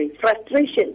frustration